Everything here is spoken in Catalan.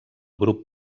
grup